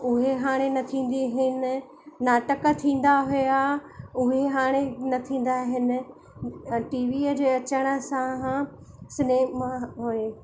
उहे हाणे न थींदी हिन नाटक थींदा हुआ उहे हाणे न थींदा आहिनि टीवीअ जे अचण सां हा सिनेमा उहे